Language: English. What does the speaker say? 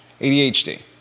ADHD